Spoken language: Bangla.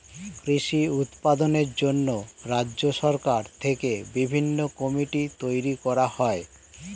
কৃষি উৎপাদনের জন্য রাজ্য সরকার থেকে বিভিন্ন কমিটি তৈরি করা হয়